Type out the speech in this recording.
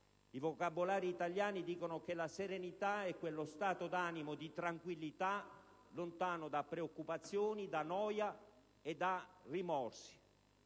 I vocabolari italiani dicono che la serenità è uno stato d'animo di tranquillità, lontano da preoccupazioni, da noia e da rimorsi.